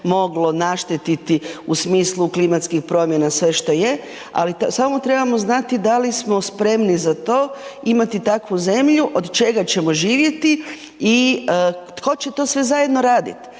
moglo naštetiti u smislu klimatskih promjena, sve što je ali samo trebamo znati da li smo spremni za to imati takvu zemlju, od čega ćemo živjeti i tko će to sve zajedno radit.